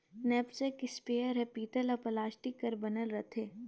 knapsack sprayer हर पीतल अउ प्लास्टिक कर बनल रथे